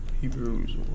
Hebrews